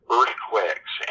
Earthquakes